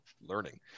learning